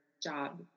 job